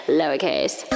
lowercase